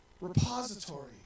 repository